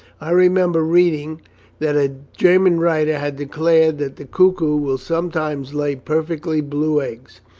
i remember reading that a german writer has declared that the cuckoo will sometimes lay perfectly blue eggs.